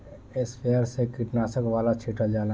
sprayer से कीटनाशक वाला छीटल जाला